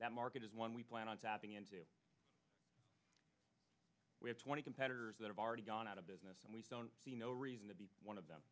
that market is one we plan on tapping into we have twenty competitors that have already gone out of business and we don't see no reason to be one of them